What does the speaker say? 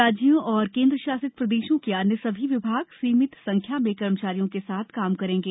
राज्यों और केंद्र शासित प्रदेशों के अन्य सभी विभाग सीमित संख्या में कर्मचारियों के साथ काम करेंगे